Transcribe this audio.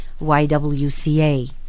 YWCA